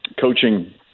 coaching